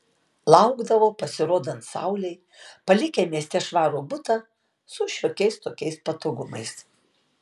laukdavo pasirodant saulei palikę mieste švarų butą su šiokiais tokiais patogumais